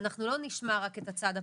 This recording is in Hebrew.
אנחנו לא נשמע רק את הצד הפוגע,